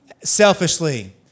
Selfishly